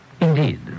Indeed